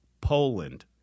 Poland